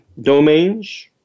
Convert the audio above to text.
domains